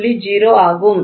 0 ஆகும்